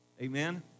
amen